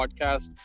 podcast